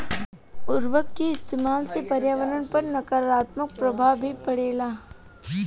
उर्वरक के इस्तमाल से पर्यावरण पर नकारात्मक प्रभाव भी पड़ेला